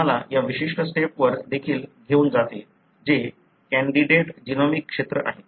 ते तुम्हाला या विशिष्ट स्टेपवर देखील घेऊन जाते जे कॅण्डीडेट जीनोमिक क्षेत्र आहे